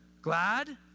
Glad